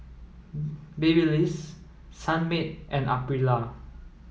Babyliss Sunmaid and Aprilia